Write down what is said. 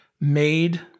made